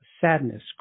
Sadness